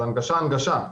זו הנגשה רצינית.